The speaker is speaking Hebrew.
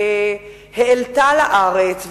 העלתה לארץ,